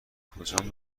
کجان